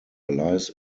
lies